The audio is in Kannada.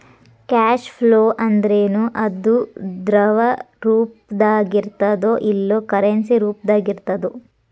ಕ್ಯಾಷ್ ಫ್ಲೋ ಅಂದ್ರೇನು? ಅದು ದ್ರವ ರೂಪ್ದಾಗಿರ್ತದೊ ಇಲ್ಲಾ ಕರೆನ್ಸಿ ರೂಪ್ದಾಗಿರ್ತದೊ?